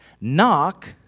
Knock